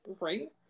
Right